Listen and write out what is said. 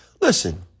listen